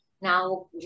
Now